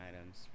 items